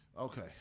Okay